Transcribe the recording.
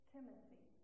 Timothy